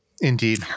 Indeed